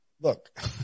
look